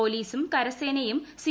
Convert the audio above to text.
പൊലീസും കരസേനയും സി